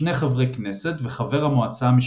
שני חברי כנסת וחבר המועצה המשפטית.